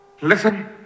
Listen